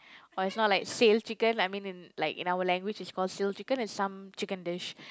or it's not like sail chicken I mean in like in our language is call sail chicken is some chicken dish